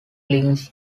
links